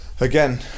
Again